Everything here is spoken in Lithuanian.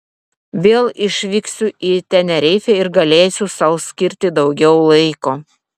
vėl išvyksiu į tenerifę ir galėsiu sau skirti daugiau laiko